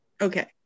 Okay